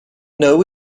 know